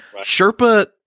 Sherpa